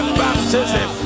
baptism